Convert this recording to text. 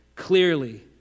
clearly